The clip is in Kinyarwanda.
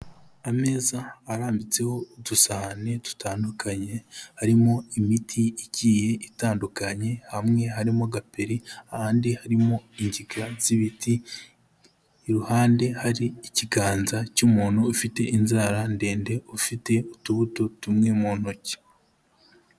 Ameza arambitseho utusahane dutandukanye harimo imiti igiye itandukanye hamwe harimo gaperi ahandi harimo ingiga z'ibiti iruhande hari ikiganza cy'umuntu ufite inzara ndende ufite utubuto tumwe mu ntoki.